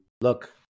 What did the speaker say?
look